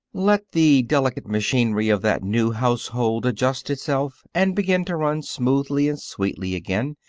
let the delicate machinery of that new household adjust itself and begin to run smoothly and sweetly again.